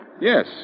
Yes